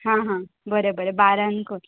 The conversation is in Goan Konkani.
हां हां बरें बरें बारान कर